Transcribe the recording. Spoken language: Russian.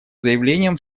заявлением